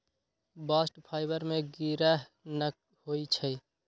bast fibre में गिरह न होई छै